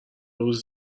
روز